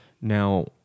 Now